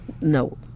no